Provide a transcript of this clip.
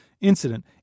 incident